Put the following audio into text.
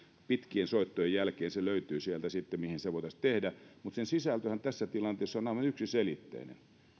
pitkien soittojen jälkeen löytyi sieltä sitten se mihin se voitaisiin tehdä mutta sen sisältöhän tässä tilanteessa on aivan yksiselitteinen